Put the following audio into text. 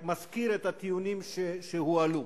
אני רק מזכיר את הטיעונים שהועלו: